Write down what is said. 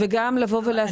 וגם לבוא ולהסדיר.